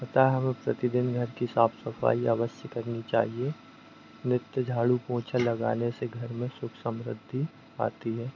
अतः हमें प्रतिदिन घर की साफ सफाई अवश्य करनी चाहिए नित झाड़ू पोछा लगाने से घर में सुख समृद्धि आती है